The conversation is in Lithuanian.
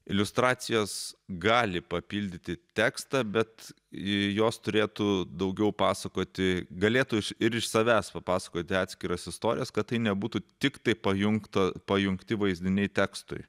iliustracijos gali papildyti tekstą bet jos turėtų daugiau pasakoti galėtų iš ir iš savęs papasakoti atskiras istorijas kad tai nebūtų tiktai pajungta pajungti vaizdiniai tekstui